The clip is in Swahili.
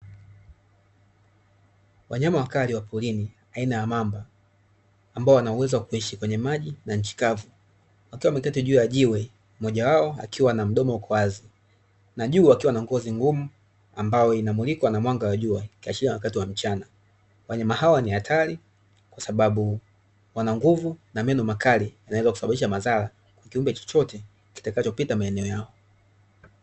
Wanyama wakali wa porini aina ya mamba ambao wana uwezo wakuishi kwenye maji na nchi kavu, wakiwa wameketi juu ya jiwe mmoja wao akiwa na mdomo uko wazi na juu akiwa na ngozi ngumu ambayo inamulikwa na mwanga wa jua ikiashiria ni wakati wa mchana wanayama hawa ni hatari kwa sababu wana nguvu na meno makali yanayoweza kusababisha madhara kwa kiumbe chochote kitakacho pita maeneo yao.